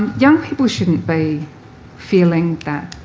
young people shouldn't be feeling that.